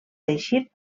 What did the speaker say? teixit